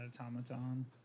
Automaton